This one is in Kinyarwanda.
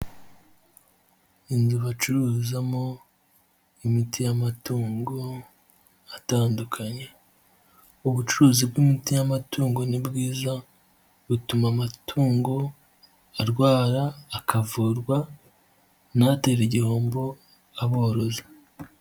Inzu bacururizamo imiti y'amatungo atandukanye, ubucuruzi bw'imi by'amatungo nibwiza, butuma amatungo arwara akavurwa, ntatere igihombo aborozi.